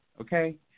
okay